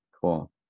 Cool